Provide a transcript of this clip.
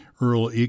Earl